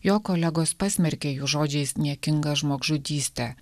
jo kolegos pasmerkė jų žodžiais niekingą žmogžudystę